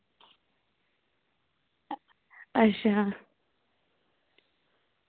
अच्छा